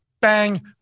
bang